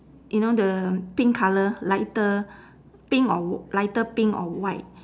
you know the pink colour lighter pink or lighter pink or white